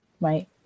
Right